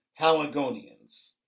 Haligonians